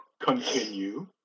Continue